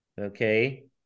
Okay